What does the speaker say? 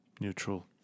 neutral